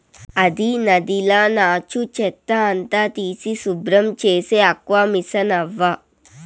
అది నదిల నాచు, చెత్త అంతా తీసి శుభ్రం చేసే ఆక్వామిసనవ్వా